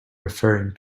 referring